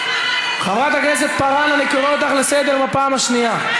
חברת הכנסת פארן, אני קורא אותך לסדר בפעם השנייה.